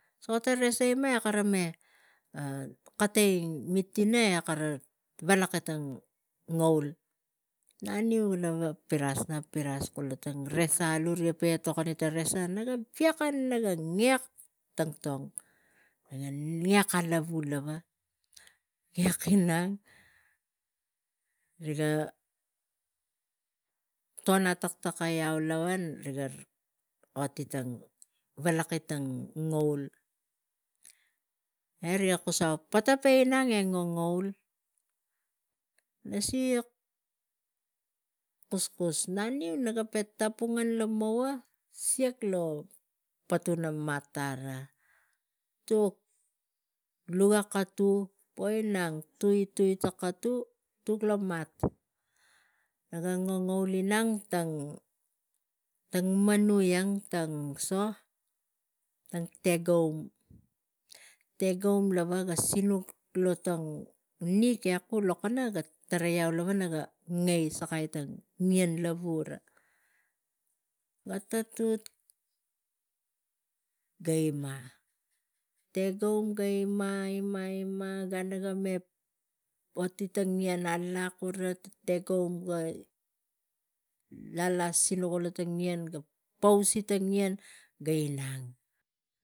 Suka ta nesa gima eh kavame kotoi ta milina eh kava valaki tang ngaul naniu naga piras kula ta resa alu riga peh etok ani tang resa naga we kon naga ngek tang tong na ga ngek alavu lava ngek inang riga ton a taktekau riga valaki tang ngaul eh riga kusau pata peh inang eh ngangaul na si gi etok naniu naga peh tapungan lomora siak lo patina mat tava luga katu poh inang tuitui ta katu tuk lomat naga ngangaul inang tang naniu ang tang tegaum lava ga sinuk lo tang nik ekul lo kono ga tarai iau lava naga ngai sakai tang ngien lavu ga tatut ga inia tegaum ga inia inia ga naga me oti tang ngien alak uva ta tegaum lalas sinuk lo tang ngien ga pausi tang ngien ga inang.